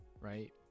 right